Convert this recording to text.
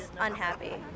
unhappy